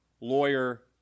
lawyer